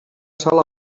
sala